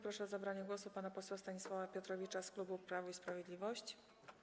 Proszę o zabranie głosu pana posła Stanisława Piotrowicza z klubu Prawo i Sprawiedliwość.